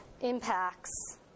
impacts